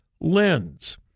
lens